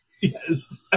Yes